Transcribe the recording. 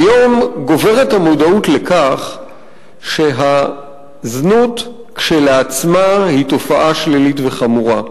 היום גוברת המודעות לכך שהזנות כשלעצמה היא תופעה שלילית וחמורה,